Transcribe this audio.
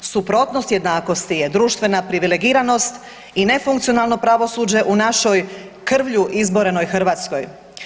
Suprotnost jednakosti je društvena privilegiranost i nefunkcionalno pravosuđe u našoj krvlju izborenoj Hrvatskoj.